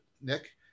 Nick